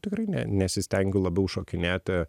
tikrai ne nesistengiu labiau šokinėti